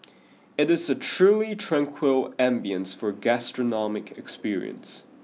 it is a truly tranquil ambience for gastronomic experience